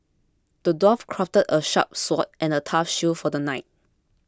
the dwarf crafted a sharp sword and a tough shield for the knight